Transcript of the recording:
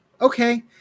okay